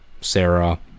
Sarah